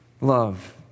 love